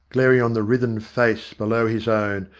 glaring on the writhen face below his own,